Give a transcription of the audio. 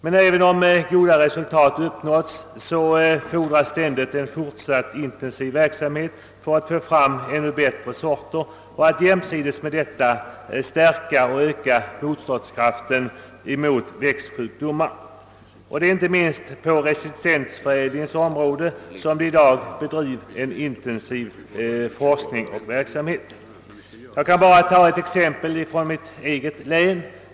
Men även om goda resultat uppnåtts fordras ändå en fortsatt intensiv verksamhet för att få fram bättre sorter och jämsides med detta stärka och öka motståndskraften mot växtsjukdomar. Det är inte minst på resistensförädlingens område som det i dag bedrivs en intensiv forskningsverksamhet. Jag kan anföra ett exempel från mitt eget län.